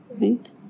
right